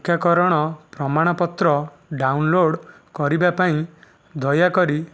ଟିକାକରଣ ପ୍ରମାଣପତ୍ର ଡାଉନଲୋଡ଼୍ କରିବାପାଇଁ ଦୟାକରି